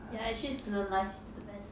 ya actually student life is still the best ah